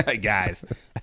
guys